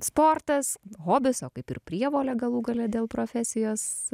sportas hobis o kaip ir prievolė galų gale dėl profesijos